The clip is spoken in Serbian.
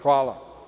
Hvala.